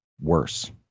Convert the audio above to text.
worse